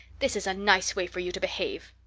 this is a nice way for you to behave.